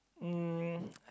um